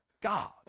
God